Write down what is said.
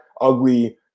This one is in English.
ugly